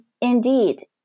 indeed